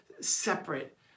separate